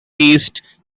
east